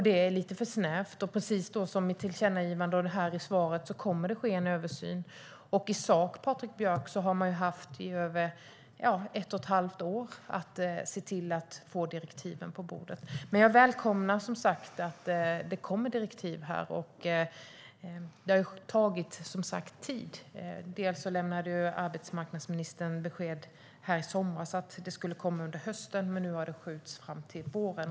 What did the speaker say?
Det är lite för snävt, och precis som sägs i tillkännagivandet och även här i svaret kommer det att ske en översyn. I sak, Patrik Björck, har man haft över ett och ett halvt år på sig att få direktiven på bordet, men jag välkomnar som sagt att det kommer direktiv. Det har tagit tid. Arbetsmarknadsministern lämnade besked här i somras att det skulle komma under hösten, men nu har det skjutits fram till våren.